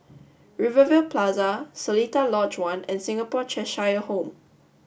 Rivervale Plaza Seletar Lodge One and Singapore Cheshire Home